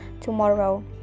tomorrow